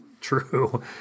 true